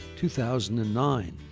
2009